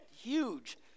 huge